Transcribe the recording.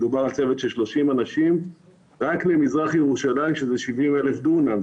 מדובר על צוות של 30 אנשים רק למזרח ירושלים שזה 70,000 דונם.